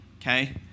Okay